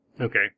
Okay